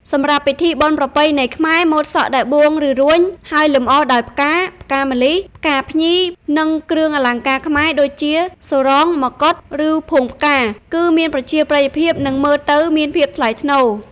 សម្រាប់ពិធីបុណ្យប្រពៃណីខ្មែរ ម៉ូតសក់ដែល បួង ឬ រួញ ហើយលម្អដោយផ្កា ផ្កាម្លិះ ផ្កាភ្ញី និងគ្រឿងអលង្ការខ្មែរដូចជា សុរង មកុដ ឬផួងផ្កា គឺមានប្រជាប្រិយភាព និងមើលទៅមានភាពថ្លៃថ្នូរ ។